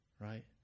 right